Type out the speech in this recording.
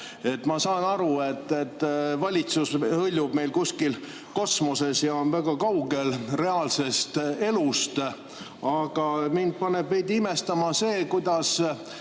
Ma saan aru, et valitsus hõljub meil kuskil kosmoses ja on väga kaugel reaalsest elust. Aga mind paneb veidi imestama see, kuidas